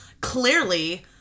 Clearly